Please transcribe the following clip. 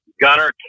gunner